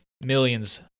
Millions